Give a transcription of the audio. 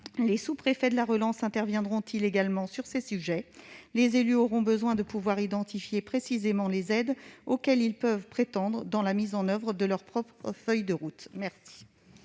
Les sous-préfets de la relance interviendront-ils également sur ces sujets ? Les élus auront besoin de pouvoir identifier précisément les aides auxquelles ils peuvent prétendre lors de la mise en oeuvre de leurs propres feuilles de route. La